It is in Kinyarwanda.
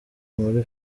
muri